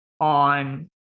on